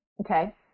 Okay